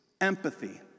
empathy